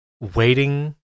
waiting